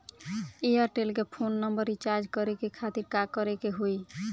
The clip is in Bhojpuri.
एयरटेल के फोन नंबर रीचार्ज करे के खातिर का करे के होई?